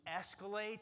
escalate